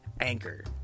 anchor